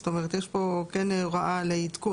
זאת אומרת, יש פה כן הוראה לעדכון.